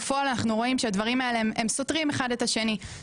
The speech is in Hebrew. בפועל אנחנו רואים שהדברים האלה סותרים אחד את השני,